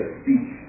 speech